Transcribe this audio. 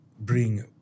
Bring